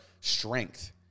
strength